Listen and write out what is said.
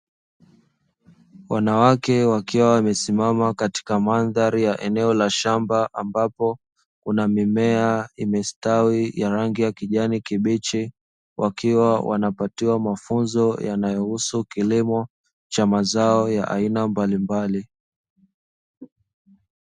Wanawake wakiwa wamesimama katika mandhari ya eneo la shamba ambapo kuna mimea imestawi ya rangi ya kijani kibichi wakiwa wanapatiwa mafunzo yanayohusu kilimo cha mazao ya aina mbalimbali.